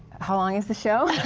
how long is the show?